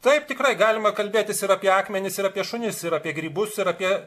taip tikrai galima kalbėtis ir apie akmenis ir apie šunis ir apie grybus ir apie